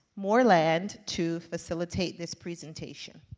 moreland to facilitate this presentation.